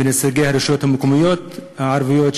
על הישגי הרשויות המקומיות הערביות,